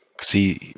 see